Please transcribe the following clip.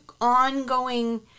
ongoing